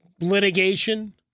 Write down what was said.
litigation